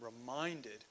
reminded